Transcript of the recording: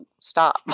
stop